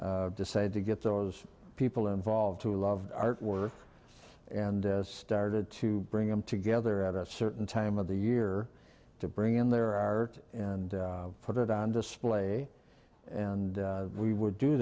that decided to get those people involved to love artwork and started to bring them together at a certain time of the year to bring in there are and put it on display and we would do